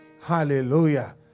Hallelujah